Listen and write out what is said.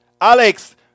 Alex